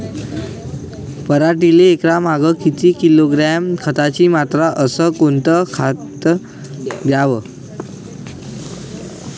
पराटीले एकरामागं किती किलोग्रॅम खताची मात्रा अस कोतं खात द्याव?